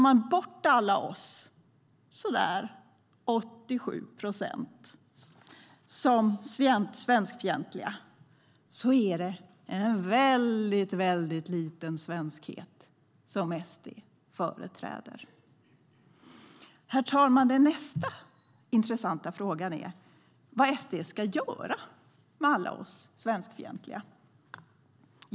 Räknar man bort alla oss, så där 87 procent, som svenskfientliga är det en väldigt liten svenskhet SD företräder. Herr talman! Nästa intressanta fråga är vad SD ska göra med alla oss svenskfientliga?